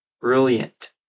brilliant